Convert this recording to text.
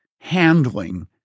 handling